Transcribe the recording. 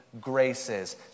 graces